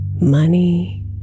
money